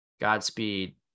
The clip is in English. Godspeed